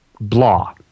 blah